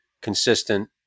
consistent